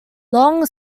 long